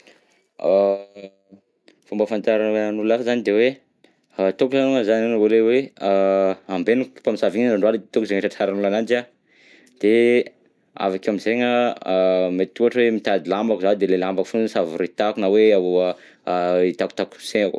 Fomba ahafantaran'olona ahy zany de hoe, ataoko aloha zany le hoe ambenako mpamosavy iny andro alina, ataoko izay ahatratraran'ny olona ananjy an, de avy akeo am'zegny an mety ohatra hoe mitady lambako zaho de le lamba fosiny savoritahako na hoe itakotakosehako.